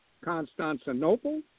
Constantinople